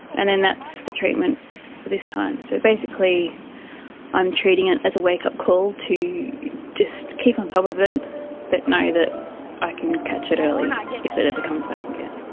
and then that's the treatment for this time. so basically i'm treating it as a wake-up call to just keep on top of it but and know that i can catch it early if it ever comes back again.